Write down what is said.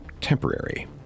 temporary